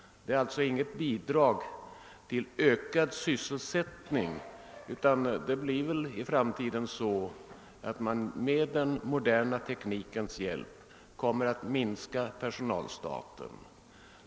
Det är alltså inte fråga om ökad sysselsättning, utan det blir väl i framtiden så att man med den moderna teknikens hjälp kommer at minska personalstaten.